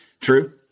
true